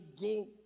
go